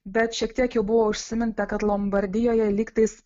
bet šiek tiek jau buvo užsiminta kad lombardijoje lygtais